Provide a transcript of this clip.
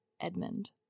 Edmund